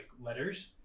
letters